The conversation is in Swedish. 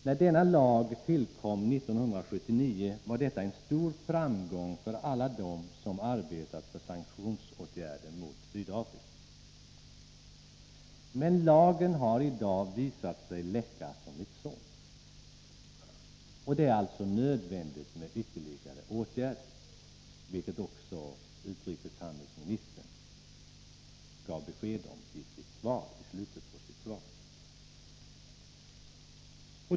När de tillkom 1979 var detta en stor framgång för alla dem som arbetat för sanktionsåtgärder mot Sydafrika. Men lagen har i dag visat sig läcka som ett såll. Det är alltså nödvändigt med ytterligare åtgärder, vilket också utrikeshandelsministern gav besked om i sitt svar.